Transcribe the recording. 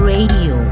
Radio